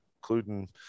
including –